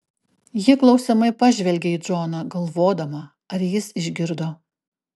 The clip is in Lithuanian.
ji klausiamai pažvelgia į džoną galvodama ar jis išgirdo